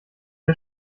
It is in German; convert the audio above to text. der